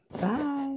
Bye